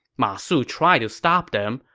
ma su tried to stop them,